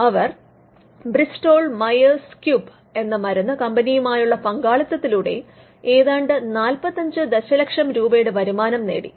അവർ Bristol Myers Squibb എന്ന മരുന്ന് കമ്പനിയുമായുള്ള പങ്കാളിത്തത്തിലൂടെ ഏതാണ്ട് 45 ദശലക്ഷം രൂപയുടെ വരുമാനം നേടി